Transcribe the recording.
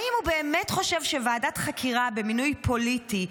האם הוא באמת חושב שוועדת חקירה במינוי פוליטי,